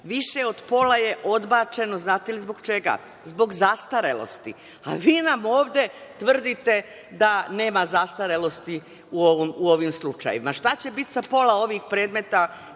više od pola je odbačeno, znate li zbog čega? Zbog zastarelosti. A vi nam ovde tvrdite da nema zastarelosti u ovim slučajevima. Šta će biti sa pola ovih predmeta? Kolega